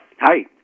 Hi